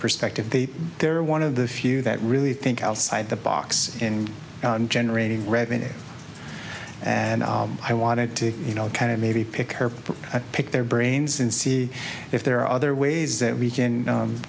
perspective they're one of the few that really think outside the box in generating revenue and i wanted to you know kind of maybe pick her up pick their brains and see if there are other ways that we can